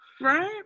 Right